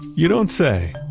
you don't say?